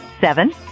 Seven